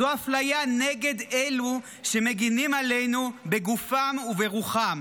זו אפליה נגד אלה שמגינים עלינו בגופם וברוחם.